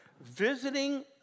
Visiting